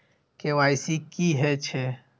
KYC की हे छे?